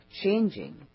changing